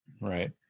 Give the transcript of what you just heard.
Right